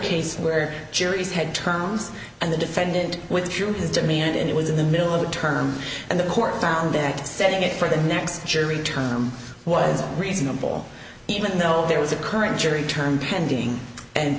case where juries had terms and the defendant withdrew his demand and it was in the middle of the term and the court found that setting it for the next jury term was reasonable even though there was a current jury term pending and